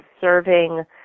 serving